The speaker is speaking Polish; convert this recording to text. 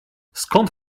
skąd